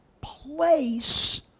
place